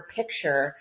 picture